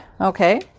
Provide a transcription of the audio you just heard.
Okay